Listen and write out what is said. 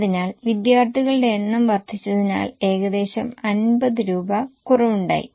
അതിനാൽ വിദ്യാർത്ഥികളുടെ എണ്ണം വർധിച്ചതിനാൽ ഏകദേശം 50 രൂപയുടെ കുറവുണ്ടായി